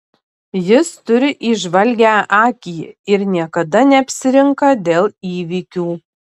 jis turi įžvalgią akį ir niekada neapsirinka dėl įvykių